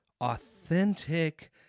authentic